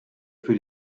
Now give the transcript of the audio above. für